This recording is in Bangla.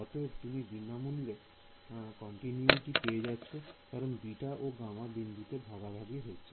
অতএব তুমি বিনামূল্যে কন্টিনিউটি পেয়ে যাচ্ছ কারণ β ও γ বিন্দুটি ভাগাভাগি হয়েছে